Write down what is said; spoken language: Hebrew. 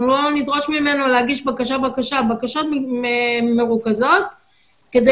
אנחנו לא נדרוש ממנו להגיש בקשה-בקשה אלא בקשות מרוכזות כדי